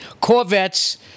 Corvettes